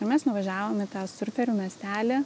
ir mes nuvažiavom į tą surferių miestelį